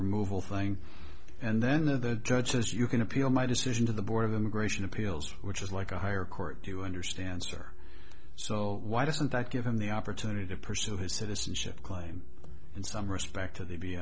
removal thing and then the judge says you can appeal my decision to the board of immigration appeals which is like a higher court do you understand sir so why doesn't that give him the opportunity to pursue his citizenship claim in some respect to the